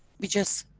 we just.